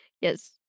yes